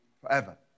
forever